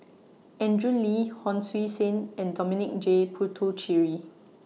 Andrew Lee Hon Sui Sen and Dominic J Puthucheary